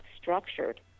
structured